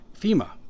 fema